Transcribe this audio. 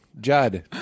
Judd